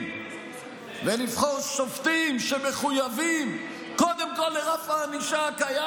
ונבחר שופטים שמחויבים קודם כול לרף הענישה הקיים.